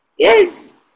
Yes